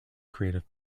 creative